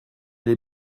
l’ai